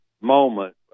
moment